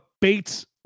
Bates